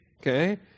okay